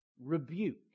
rebuke